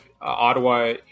ottawa